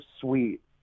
sweet